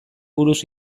buruz